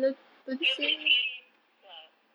a bit scary lah